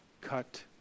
cut